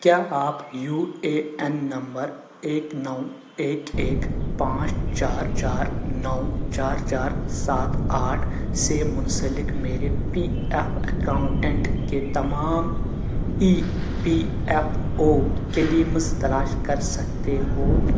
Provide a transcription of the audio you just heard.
کیا آپ U A N نمبر ایک نو ایک ایک پانچ چار چار نو چار چار سات آٹھ سے منسلک میرے پی ایف اکاؤنٹنٹ کے تمام E P F O claims تلاش کر سکتے ہو